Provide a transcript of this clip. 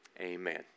Amen